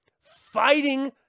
fighting